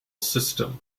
system